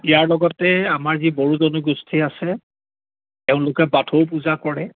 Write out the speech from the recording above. ইয়াৰ লগতে আমাৰ যি বড়ো জনগোষ্ঠী আছে তেওঁলোকে বাথৌ পূজা কৰে